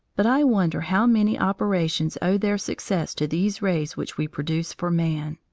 but i wonder how many operations owe their success to these rays which we produce for man.